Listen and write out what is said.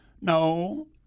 No